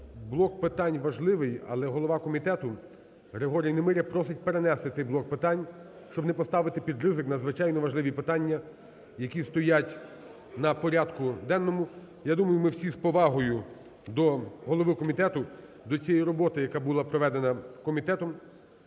блок питань важливий, але голова комітету Григорій Немиря просить перенести цей блок питань, щоб не поставити під ризик надзвичайно важливі питання, які стоять на порядку денному. Я думаю, ми всі з повагою до голови комітету, до цієї роботи, яка була проведена комітетом,